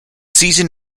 season